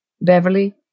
Beverly